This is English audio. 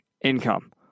income